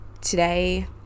today